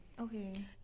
Okay